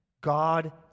God